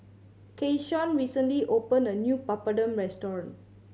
Keyshawn recently opened a new Papadum restaurant